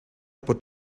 pot